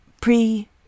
pre